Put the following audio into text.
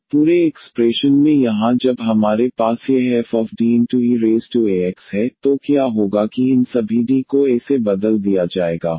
तो पूरे इक्स्प्रेशन में यहां जब हमारे पास यह fDeax है तो क्या होगा कि इन सभी D को ए से बदल दिया जाएगा